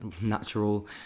natural